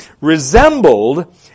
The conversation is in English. resembled